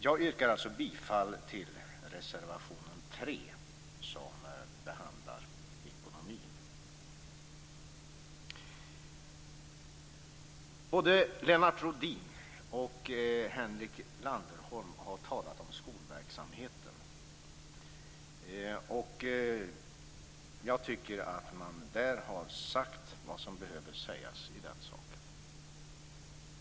Jag yrkar alltså bifall till reservation 3 som behandlar ekonomi. Både Lennart Rohdin och Henrik Landerholm har talat om skolverksamheten. Jag tycker att man har sagt vad som behöver sägas i den saken.